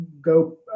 go